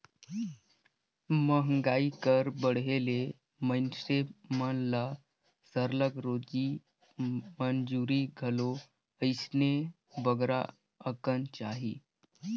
मंहगाई कर बढ़े ले मइनसे मन ल सरलग रोजी मंजूरी घलो अइसने बगरा अकन चाही